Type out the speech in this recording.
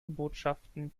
botschaften